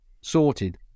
sorted